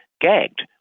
Gagged